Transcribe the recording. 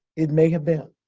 it may have been.